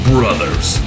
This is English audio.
Brothers